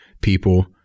people